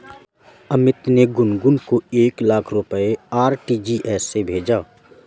अमित ने गुनगुन को एक लाख रुपए आर.टी.जी.एस से भेजा